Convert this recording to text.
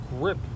grip